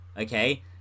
Okay